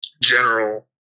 general